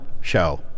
show